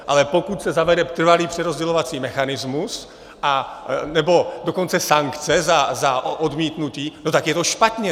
Ale pokud se zavede trvalý přerozdělovací mechanismus, anebo dokonce sankce za odmítnutí, no tak je to špatně.